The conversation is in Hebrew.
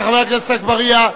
חבר הכנסת אגבאריה.